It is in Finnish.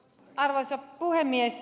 arvoisa puhemies